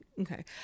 Okay